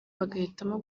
bagahitamo